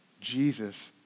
Jesus